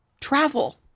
travel